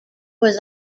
was